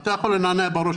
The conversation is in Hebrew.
אתה יכול לנענע בראש,